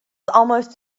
almost